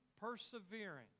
persevering